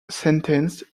sentenced